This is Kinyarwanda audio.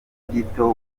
gito